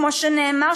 כמו שנאמר,